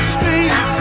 Street